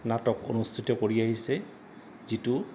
নাটক অনুষ্ঠিত কৰি আহিছে যিটো